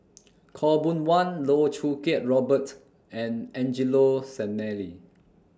Khaw Boon Wan Loh Choo Kiat Robert and Angelo Sanelli